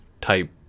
type